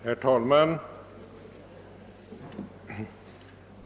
Herr talman!